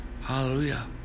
hallelujah